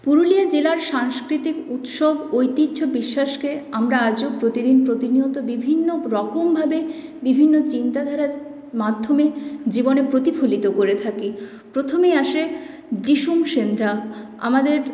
পুরুলিয়া জেলার সাংস্কৃতিক উৎসব ঐতিহ্য বিশ্বাসকে আমরা আজও প্রতিদিন প্রতিনিয়ত বিভিন্ন রকমভাবে বিভিন্ন চিন্তাধারার মাধ্যমে জীবনে প্রতিফলিত করে থাকি প্রথমেই আসে দিসুম সেন্ড্রা আমাদের